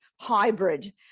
hybrid